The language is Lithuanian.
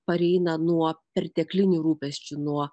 pareina nuo perteklinių rūpesčių nuo